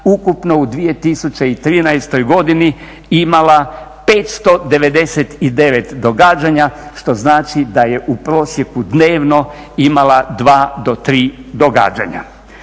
ukupno u 2013. godini imala 599 događanja, što znači da je u prosjeku dnevno imala 2 do 3 događanja.